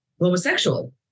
homosexual